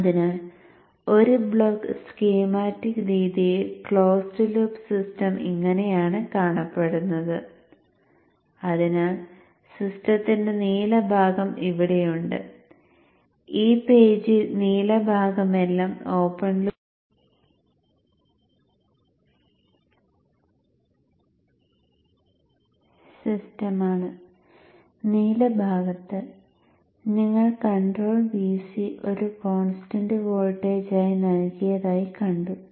അതിനാൽ ഒരു block schematic രീതിയിൽ ക്ലോസ്ഡ് ലൂപ്പ് സിസ്റ്റം ഇങ്ങനെയാണ് കാണപ്പെടുന്നത് അതിനാൽ സിസ്റ്റത്തിന്റെ നീല ഭാഗം ഇവിടെയുണ്ട് ഈ പേജിൽ ഈ നീല ഭാഗമെല്ലാം ഓപ്പൺ ലൂപ്പ് സിസ്റ്റമാണ് നീല ഭാഗത്ത് നിങ്ങൾ കൺട്രോൾ Vc ഒരു കോൺസ്റ്റന്റ് വോൾട്ടേജായി നൽകിയതായി കണ്ടു